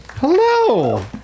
Hello